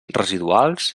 residuals